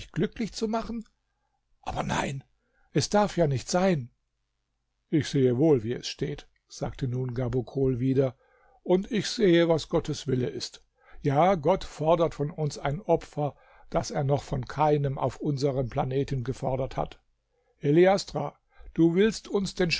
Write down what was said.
glücklich zu machen aber nein es darf ja nicht sein ich sehe wohl wie es steht sagte nun gabokol wieder und ich sehe was gottes wille ist ja gott fordert von uns ein opfer das er noch von keinem auf unserem planeten gefordert hat heliastra du willst uns den